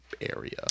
area